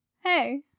Hey